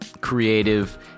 creative